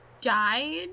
died